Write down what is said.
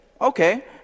Okay